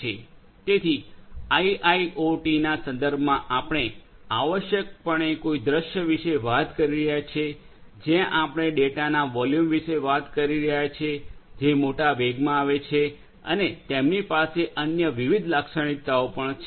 તેથી આઇઆઇઓટીના સંદર્ભમાં આપણે આવશ્યકપણે કોઈ દૃશ્ય વિશે વાત કરી રહ્યા છીએ જ્યાં આપણે ડેટાના વોલ્યુમ વિશે વાત કરી રહ્યા છીએ જે મોટા વેગમાં આવે છે અને તેમની પાસે અન્ય વિવિધ લાક્ષણિકતાઓ પણ છે